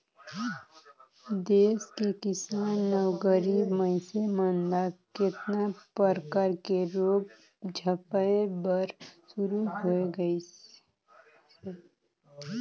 देस के किसान अउ गरीब मइनसे मन ल केतना परकर के रोग झपाए बर शुरू होय गइसे